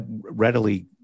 readily